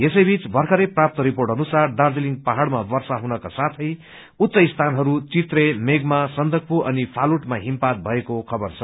यसैबीच र्भखरै प्राप्त रिर्पोट अनुसार दार्जीलिङ पहाड़मा वर्षा हुनका साथे उच्च स्थानहरू चित्रे मेघमा सन्दकफू अनि फालूटमा हिमपात भएको खबर छ